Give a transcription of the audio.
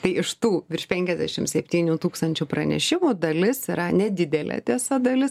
tai iš tų virš penkiasdešim septynių tūkstančių pranešimų dalis yra nedidelė tiesa dalis